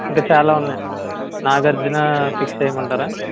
ఇంకా చాల ఉన్నాయి నాగార్జున ఫిక్స్ చేయమంటారా